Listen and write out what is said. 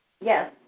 Yes